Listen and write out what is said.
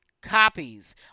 copies